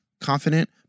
confident